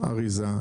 אריזה,